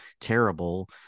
terrible